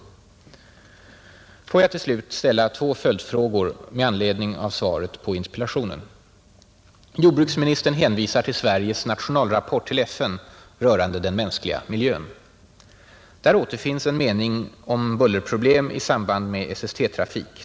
Får jag till slut ställa två följdfrågor med anledning av svaret på interpellationen. Jordbruksministern hänvisar till Sveriges nationalrapport till FN rörande den mänskliga miljön. Där återfinns en mening om bullerproblem i samband med SST-trafik.